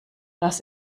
dass